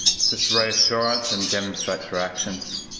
it's just reassurance, and demonstrate through actions,